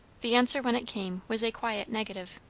the answer when it came was a quiet negative.